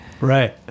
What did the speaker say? Right